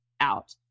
out